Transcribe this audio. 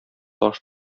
таш